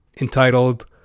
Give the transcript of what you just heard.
Entitled